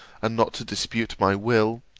and not to dispute my will,